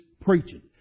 preaching